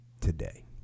today